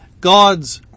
God's